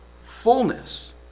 fullness